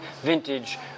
Vintage